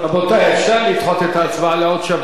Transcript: אפשר לדחות את ההצבעה בעוד שבוע.